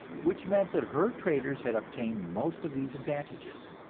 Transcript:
which meant that her traders had obtained most of these advantages.